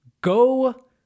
Go